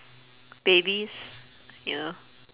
babies you know